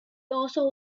also